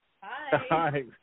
Hi